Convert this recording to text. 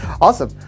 Awesome